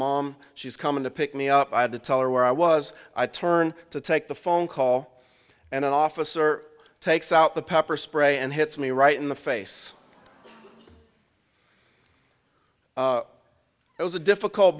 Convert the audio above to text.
mom she's coming to pick me up i had to tell her where i was i turn to take the phone call and an officer takes out the pepper spray and hits me right in the face it was a difficult